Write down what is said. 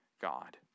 God